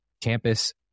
campus